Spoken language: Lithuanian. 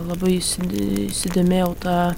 labai įsid įsidėmėjau tą